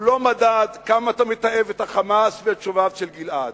והוא לא מדד כמה אתה מתעב את ה"חמאס" ואת שוביו של גלעד.